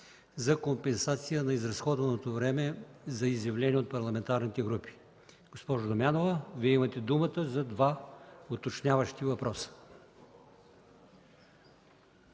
за компенсация на изразходваното време за изявления от парламентарните групи. Госпожо Дамянова, имате думата за два уточняващи въпроса.